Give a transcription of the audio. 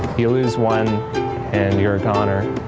you lose one and your a goner.